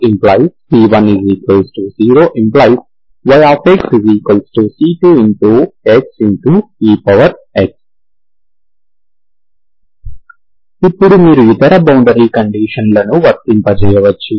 y00 ⇒ c10 ⇒ yxc2xex ఇప్పుడు మీరు ఇతర బౌండరీ కండీషన్లను వర్తింపజేయవచ్చు